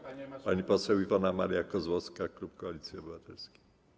Pani poseł Iwona Maria Kozłowska, klub Koalicji Obywatelskiej.